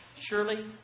Surely